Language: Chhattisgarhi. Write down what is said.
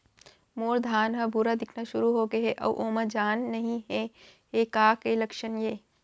मोर धान ह भूरा दिखना शुरू होगे हे अऊ ओमा जान नही हे ये का के लक्षण ये?